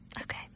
Okay